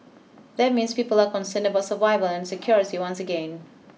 that means people are concerned about survival and security once again